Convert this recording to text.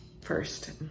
first